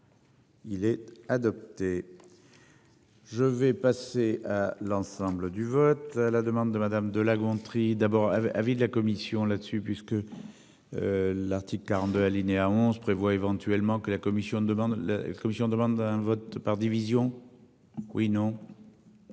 Il est adopté. Je vais passer l'ensemble du vote à la demande de madame de La Gontrie, d'abord, avis de la commission là-dessus puisque. L'article 42 alinéa 11 prévoit éventuellement que la commission demande la commission demande